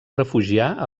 refugiar